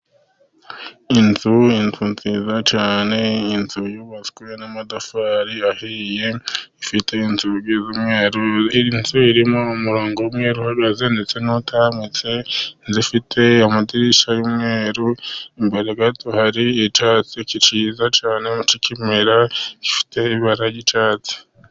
Inzu, inzu nziza cyane inzu yubatswe n'amatafari ahiye ifite inzugi z'umweru, inzu irimo umurongo umwe uhagaze ndetse n'utambitse. Inzu ifite amadirishya y'umweru imbere gato hari icyatsi cyiza, cy'ikimera gifite ibara ry'icyatsi.